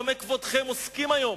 במה כבודכם עוסקים היום?